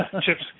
Chip's